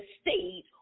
state